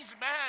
man